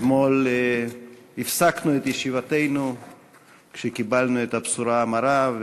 אתמול הפסקנו את ישיבתנו כשקיבלנו את הבשורה המרה,